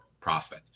profit